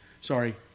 Sorry